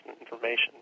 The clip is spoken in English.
information